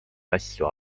asju